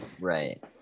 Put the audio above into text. Right